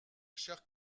chers